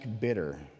bitter